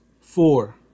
four